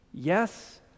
Yes